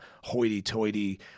hoity-toity